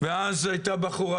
ואז הייתה בחורה